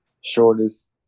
shortest